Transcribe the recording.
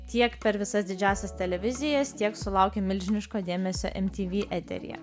tiek per visas didžiąsias televizijas tiek sulaukė milžiniško dėmesio mtv eteryje